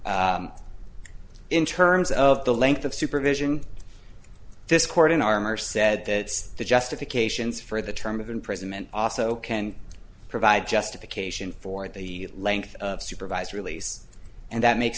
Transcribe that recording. in terms of the length of supervision this court in armor said that the justifications for the term of imprisonment also can provide justification for the length of supervised release and that makes